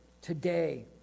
Today